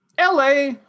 LA